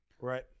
right